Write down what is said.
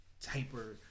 taper